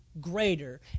greater